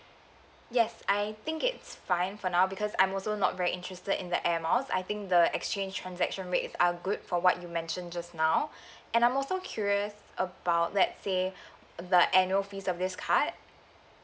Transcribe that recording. yes I think it's fine for now because I'm also not very interested in the air miles I think the exchange transaction rates uh good for what you mentioned just now and I'm also curious about let's say the annual fees of this card